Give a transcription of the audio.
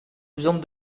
viande